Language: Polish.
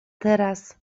teraz